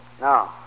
No